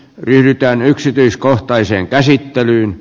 yhtään yksityiskohtaiseen käsittelyyn